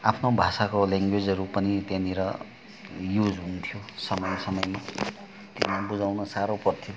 आफ्नो भाषाको ल्याङ्ग्वेजहरू पनि त्यहाँनिर युज हुन्थ्यो समय समयमा बुझाउन साह्रो पर्थ्यो